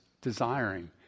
desiring